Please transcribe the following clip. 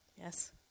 Yes